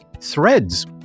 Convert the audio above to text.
Threads